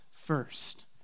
first